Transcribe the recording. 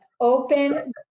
open